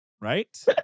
right